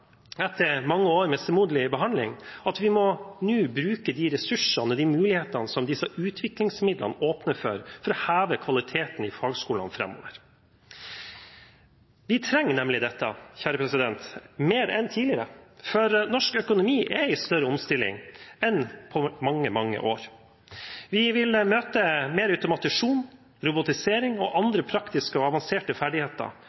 etter mange år med stemoderlig behandling – at vi nå må bruke de ressursene og mulighetene som disse utviklingsmidlene åpner for, til å heve kvaliteten i fagskolene framover. Vi trenger nemlig dette mer enn tidligere, for norsk økonomi er i større omstilling enn på mange, mange år. Vi vil møte mer automasjon, robotisering og